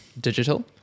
digital